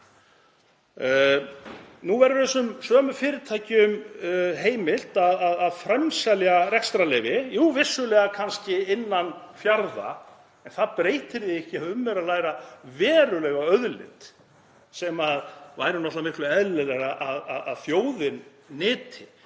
Nú verður þessum sömu fyrirtækjum heimilt að framselja rekstrarleyfi. Jú, vissulega kannski innan fjarða en það breytir því ekki að um er að ræða verulega auðlind sem væri náttúrlega miklu eðlilegra að þjóðin nyti.